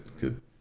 good